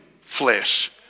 flesh